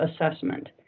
Assessment